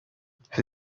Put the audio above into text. mfite